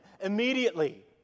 immediately